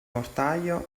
mortaio